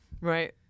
Right